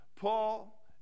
paul